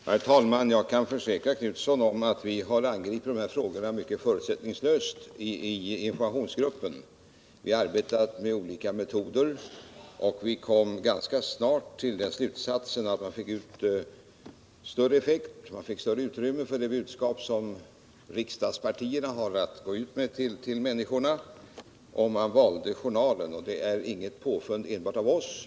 Herr talman! Jag kan försäkra Göthe Knutson att vi i informationsgruppen angripit dessa frågor mycket förutsättningslöst. Vi har arbetat med olika metoder och kom ganska snart till den slutsatsen att om man valde journalen skulle vi få ut större effekt och mer utrymme för det budskap som riksdagspartierna har att gå ut med till människorna. Detta är inte något påfund enbart av oss.